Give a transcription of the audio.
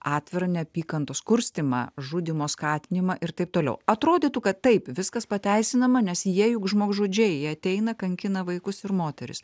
atvirą neapykantos kurstymą žudymo skatinimą ir taip toliau atrodytų kad taip viskas pateisinama nes jie juk žmogžudžiai jie ateina kankina vaikus ir moteris